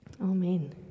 Amen